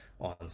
on